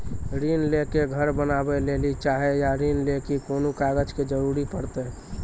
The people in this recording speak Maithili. ऋण ले के घर बनावे लेली चाहे या ऋण लेली कोन कागज के जरूरी परतै?